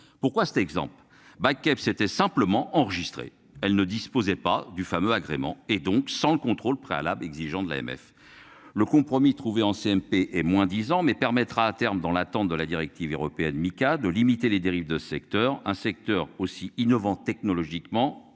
Pourquoi cet exemple Bakiev c'était simplement enregistrer. Elle ne disposait pas du fameux agrément et donc sans contrôle préalable exigeant de l'AMF. Le compromis trouvé en CMP et moins 10 ans mais permettra à terme dans l'attente de la directive européenne. Mika de limiter les dérives de secteurs un secteur aussi innovant technologiquement